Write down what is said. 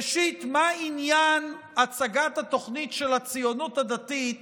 ראשית, מה עניין הצגת התוכנית של הציונות הדתית